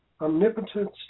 Omnipotence